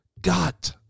got